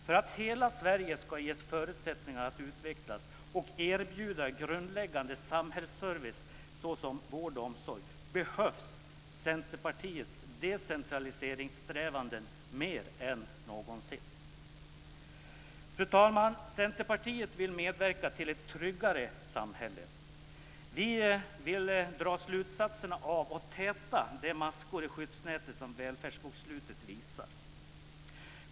För att hela Sverige ska ges förutsättningar att utvecklas och för att erbjuda grundläggande samhällsservice såsom vård och omsorg behövs Centerpartiets decentraliseringssträvanden mer än någonsin. Fru talman! Centerpartiet vill medverka till ett tryggare samhälle. Vi vill dra slutsatserna av och täta de maskor i skyddsnätet som välfärdsbokslutet visar.